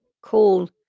call